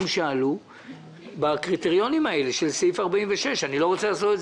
שעלו בקריטריונים האלה של סעיף 46. אני לא רוצה לעשות את